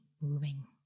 moving